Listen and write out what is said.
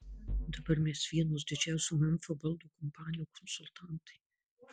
dabar mes vienos didžiausių memfio baldų kompanijų konsultantai